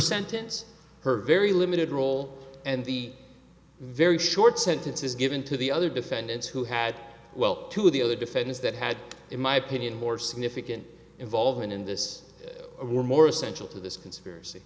sentence her very limited role and the very short sentences given to the other defendants who had well two of the other defendants that had in my opinion more significant involvement in this were more essential to this conspiracy